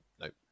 nope